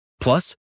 plus